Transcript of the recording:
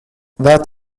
that